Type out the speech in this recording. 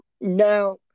Now